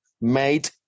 made